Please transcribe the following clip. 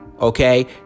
Okay